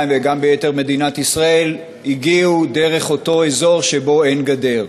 וגם ביתר מדינת ישראל הגיעו דרך אותו אזור שבו אין גדר.